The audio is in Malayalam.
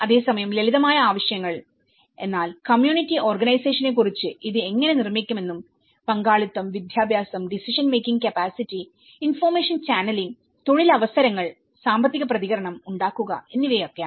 അതേസമയം ലളിതമായ ആവശ്യങ്ങൾ എന്നാൽ കമ്മ്യൂണിറ്റി ഓർഗനൈസേഷനെക്കുറിച്ച് ഇത് എങ്ങനെ നിർമ്മിക്കാമെന്നും പങ്കാളിത്തം വിദ്യാഭ്യാസംഡിസിഷൻ മേക്കിങ് കപ്പാസിറ്റി ഇൻഫർമേഷൻ ചാനലിംഗ് തൊഴിലവസരങ്ങൾ സാമ്പത്തിക പ്രതികരണം ഉണ്ടാക്കുക എന്നിവയാണ്